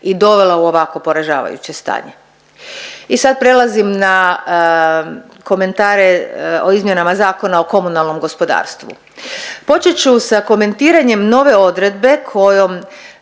i dovela u ovako poražavajuće stanje. I sad prelazim na komentare o izmjenama Zakona o komunalnom gospodarstvu. Počet ću sa komentiranjem nove odredbe kojom